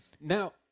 Now